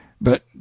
But